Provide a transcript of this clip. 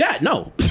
No